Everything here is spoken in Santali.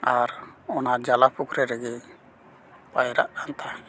ᱟᱨ ᱚᱱᱟ ᱡᱟᱞᱟ ᱯᱩᱠᱷᱨᱤ ᱨᱮᱜᱮ ᱯᱟᱭᱨᱟᱜ ᱠᱟᱱ ᱛᱟᱦᱮᱱᱟᱭ